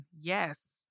yes